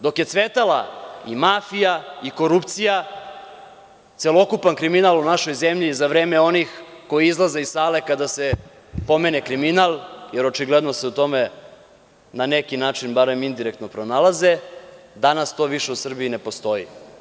Dok je cvetala i mafija i korupcija, celokupan kriminal u našoj zemlji za vreme onih koji izlaze iz sale kada se pomene kriminal, jer očigledno se u tome na neki način, bar indirektno pronalaze, danas to više u Srbiji ne postoji.